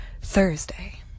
Thursday